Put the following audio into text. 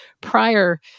prior